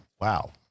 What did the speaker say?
wow